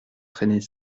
traîner